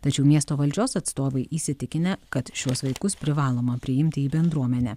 tačiau miesto valdžios atstovai įsitikinę kad šiuos vaikus privaloma priimti į bendruomenę